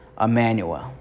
Emmanuel